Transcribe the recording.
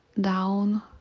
down